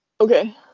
Okay